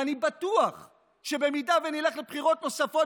ואני בטוח שאם נלך לבחירות נוספות,